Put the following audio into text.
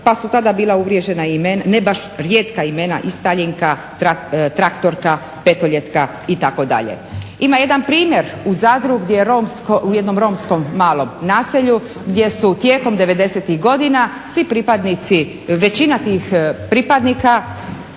pa su tada bila uvriježena ne baš rijetka imena Istaljinka, Traktorka, Petoljetka itd. Ima jedan primjer u Zadru u jednom romskom malom naselju gdje su tijekom devedesetih godina svi pripadnici,